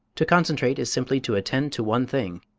to concentrate is simply to attend to one thing,